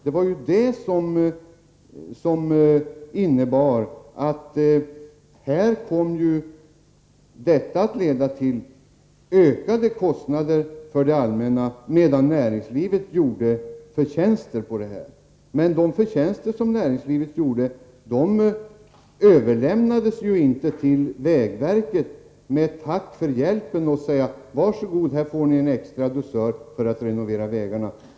Detta betyder alltså ökade kostnader för det allmänna, medan näringslivet tagit förtjänsten. De förtjänster näringslivet gjorde överlämnades ju inte till vägverket med tack för hjälpen: Varsågod, här får ni en extra dusör för att renovera vägarna!